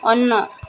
on